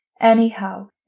Anyhow